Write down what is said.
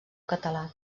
català